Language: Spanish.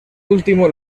último